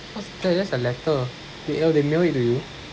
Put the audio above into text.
what's that that's a letter they oh they mail it to you